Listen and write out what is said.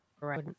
right